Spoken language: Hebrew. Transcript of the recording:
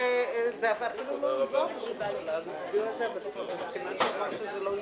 התשע"ח 2018 אושרה.